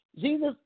Jesus